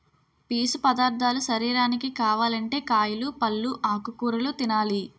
పీసు పదార్ధాలు శరీరానికి కావాలంటే కాయలు, పల్లు, ఆకుకూరలు తినాలి